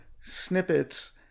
snippets